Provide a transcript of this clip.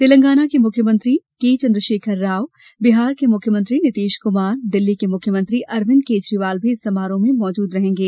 तेलंगाना के मुख्यमंत्री के चंद्रशेखर राव बिहार के मुख्यमंत्री नीतीश कुमार दिल्ली के मुख्यमंत्री अरविंद केजरीवाल भी इस समारोह में मौजूद रहेंगे